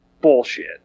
Bullshit